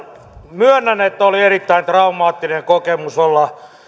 myönnän että oli erittäin traumaattinen kokemus olla